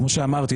כמו שאמרתי,